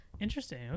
interesting